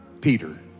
Peter